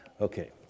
Okay